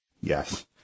Yes